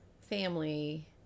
family